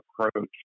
approach